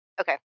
okay